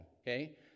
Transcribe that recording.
Okay